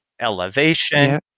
elevation